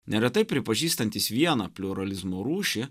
neretai pripažįstantys vieną pliuralizmo rūšį